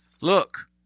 look